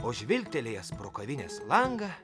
o žvilgtelėjęs pro kavinės langą